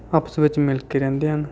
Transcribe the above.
ਆਪਸ ਵਿੱਚ ਮਿਲ ਕੇ ਰਹਿੰਦੇ ਹਨ